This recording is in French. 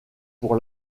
pour